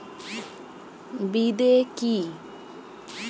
বিদে কি?